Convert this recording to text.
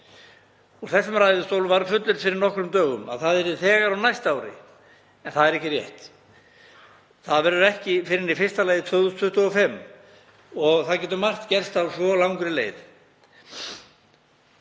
Úr þessum ræðustól var fullyrt fyrir nokkrum dögum að það yrði þegar á næsta ári en það er ekki rétt. Það verður ekki fyrr en í fyrsta lagi 2025 og það getur margt gerst á svo langri leið.